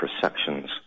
perceptions